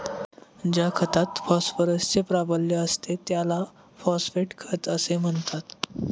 ज्या खतात फॉस्फरसचे प्राबल्य असते त्याला फॉस्फेट खत असे म्हणतात